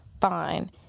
fine